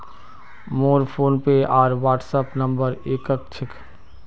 मोर फोनपे आर WhatsApp number एक क छेक